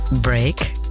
break